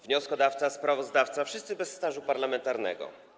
Wnioskodawca, sprawozdawca - wszyscy bez stażu parlamentarnego.